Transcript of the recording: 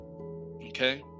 okay